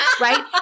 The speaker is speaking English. Right